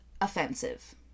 offensive